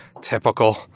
typical